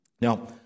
Now